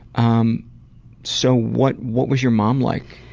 um so what what was your mom like?